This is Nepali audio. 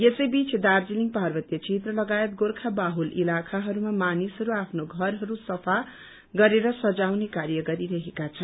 यसै बीच दार्जीलिङ पार्वतीय क्षेत्र लगायत गोर्खा बाहुल इलाकाहरूमा मानिसहरू आफ्नो घरहरू सफा गरेर सजाउने कार्य गरिरहेका छन्